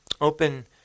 open